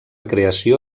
creació